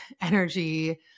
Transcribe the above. energy